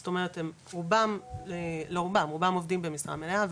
זאת אומרת רובם עובדים במשרה מלאה,